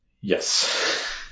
Yes